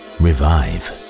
revive